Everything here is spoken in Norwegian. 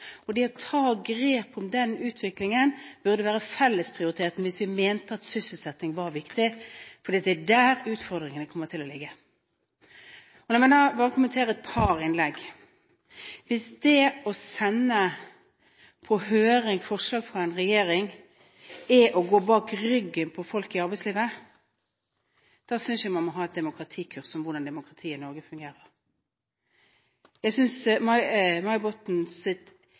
å ta grep om den utviklingen burde være en felles prioritet hvis vi mener at sysselsetting er viktig, for det er der utfordringene kommer til å ligge. La meg bare kommentere et par innlegg. Hvis det å sende på høring forslag fra en regjering er å gå bak ryggen på folk i arbeidslivet, synes jeg man må ta et kurs om hvordan demokratiet i Norge fungerer. Jeg synes